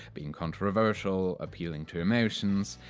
being controversial, appealing to emotions,